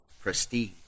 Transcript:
prestige